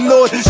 Lord